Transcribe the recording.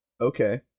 okay